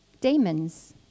demons